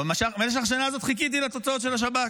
אבל במשך השנה הזאת חיכיתי לתוצאות של השב"כ.